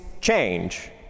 change